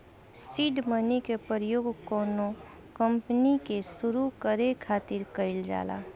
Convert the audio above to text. seed money के प्रयोग कौनो कंपनी के सुरु करे खातिर कईल जाला